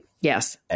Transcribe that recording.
Yes